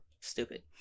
stupid